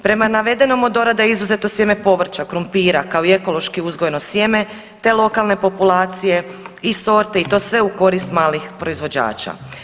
Prema navedenom od dorada je izuzeto sjeme povrća, krumpira kao i ekološki uzgojeno sjeme te lokalne populacije i sorte i to sve u korist malih proizvođača.